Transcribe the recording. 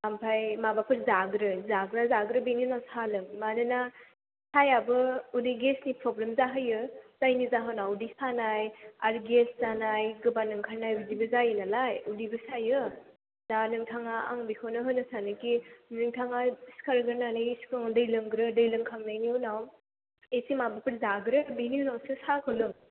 ओमफ्राय माबाफोर जाग्रो जाग्रो बेनि उनाव साहा लों मानोना साहायाबो उदै गेसनि प्रब्लेम जाहोयो जायनि जाहोनाव उदै सानाय आरो गेस जानाय गोबानो ओंखारनाय बिदिबो जायो नालाय उदैबो सायो दा नोंथाङा आं बेखौनो होननो सानोखि नोंथाङा सिखारग्रोनानै सिगां दै लोंग्रो दै लोंखांनायनि उनाव एसे माबाफोर जाग्रो बिनि उनावसो साहाखौ लों